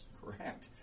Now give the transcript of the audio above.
correct